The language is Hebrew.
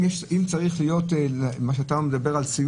אם צריך להיות סיוע שאתה מדבר עליו